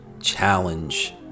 challenge